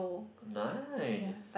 nice